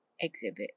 exhibit